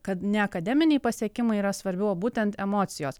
kad ne akademiniai pasiekimai yra svarbiau o būtent emocijos